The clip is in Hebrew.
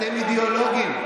אתם אידיאולוגים.